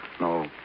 No